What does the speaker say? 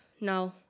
no